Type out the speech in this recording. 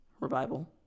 revival